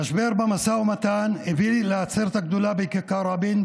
המשבר במשא ומתן הביא לעצרת הגדולה בכיכר רבין,